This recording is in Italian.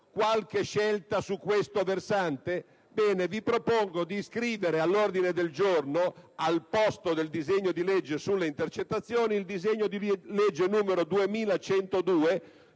qualche scelta su questo versante? Vi propongo allora di iscrivere all'ordine del giorno, al posto del provvedimento sulle intercettazioni, il disegno di legge n. 2102,